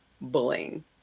bullying